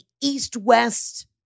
east-west